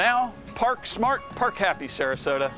now park smart park happy sarasota